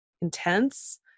intense